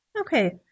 Okay